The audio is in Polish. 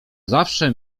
zawsze